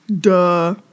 Duh